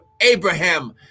Abraham